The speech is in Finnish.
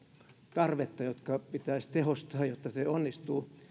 tarvetta joita pitäisi tehostaa jotta se onnistuu